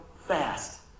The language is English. fast